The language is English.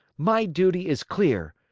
my duty is clear.